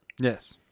yes